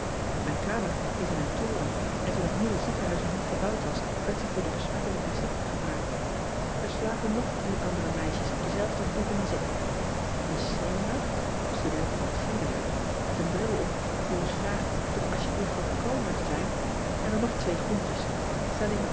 ijn kamer is in een toren en toen het nieuwe ziekenhuis nog niet gebouwd was werd ze voor de besmettelijke zieken gebruikt r slapen nog drie andere meisjes op dezelfde verdieping als ik een enior studente van het vierde jaar met een bril op die ons vraagt toch alsjeblieft wat kalmer ean ebster adertje angbeen te zijn en dan nog twee groentjes